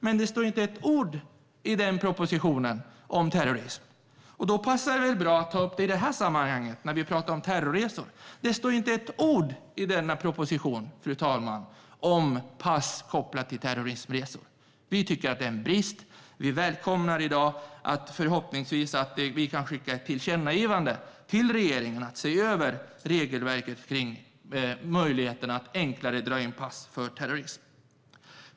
Det står dock inte ett ord i den propositionen om pass kopplat till terrorism, fru talman, och då passar det väl bra att ta upp det i det här sammanhanget när vi pratar om terrorresor. Vi tycker att det är en brist. Vi välkomnar att vi förhoppningsvis i dag kan skicka ett tillkännagivande till regeringen om att se över regelverket kring möjligheten att enklare dra in pass.